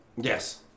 Yes